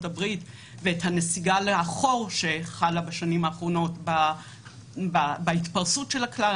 הברית ואת הנסיגה לאחור שחלה בשנים האחרונות בהתפרסות של הכלל.